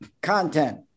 content